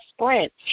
sprint